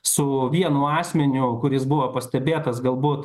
su vienu asmeniu kuris buvo pastebėtas galbūt